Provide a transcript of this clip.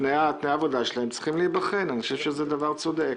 תנאי העבודה שלהם צריכים להיבחן, זה דבר צודק,